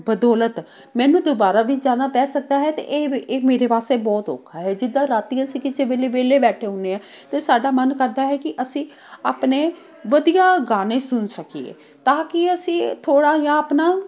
ਬਦੋਲਤ ਮੈਨੂੰ ਦੁਬਾਰਾ ਵੀ ਜਾਣਾ ਪੈ ਸਕਦਾ ਹੈ ਅਤੇ ਇਹ ਇਹ ਮੇਰੇ ਵਾਸਤੇ ਬਹੁਤ ਔਖਾ ਹੈ ਜਿੱਦਾਂ ਰਾਤੀਂ ਅਸੀਂ ਕਿਸੇ ਵੇਲੇ ਵਿਹਲੇ ਬੈਠੇ ਹੁੰਦੇ ਹਾਂ ਅਤੇ ਸਾਡਾ ਮਨ ਕਰਦਾ ਹੈ ਕਿ ਅਸੀਂ ਆਪਣੇ ਵਧੀਆ ਗਾਣੇ ਸੁਣ ਸਕੀਏ ਤਾਂ ਕਿ ਅਸੀਂ ਥੋੜ੍ਹਾ ਜਿਹਾ ਆਪਣਾ